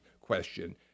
question